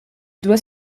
doit